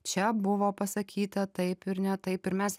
čia buvo pasakyta taip ir ne taip ir mes